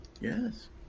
Yes